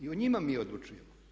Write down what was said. I o njima mi odlučujemo.